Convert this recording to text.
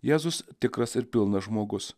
jėzus tikras ir pilnas žmogus